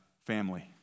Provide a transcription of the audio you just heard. family